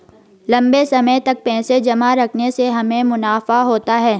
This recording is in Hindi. लंबे समय तक पैसे जमा रखने से हमें मुनाफा होता है